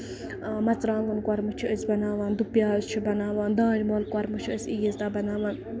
مَژراوانگن کۄرمہٕ چھِ أسۍ بَناوان دُپِیاز چھِ بَناوان دانہِ وَل کۄرمہٕ چھِ أسۍ عیٖز دۄہ بَناوان